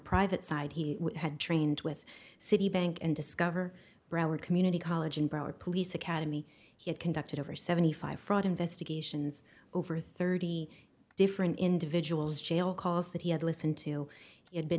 private side he had trained with citibank and discover broward community college and broward police academy he had conducted over seventy five fraud investigations over thirty different individuals jail calls that he had listened to